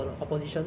I would